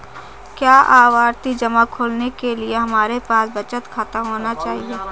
क्या आवर्ती जमा खोलने के लिए हमारे पास बचत खाता होना चाहिए?